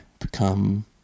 become